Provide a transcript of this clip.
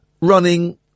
running